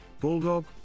Bulldog